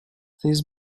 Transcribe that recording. this